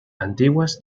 antiguas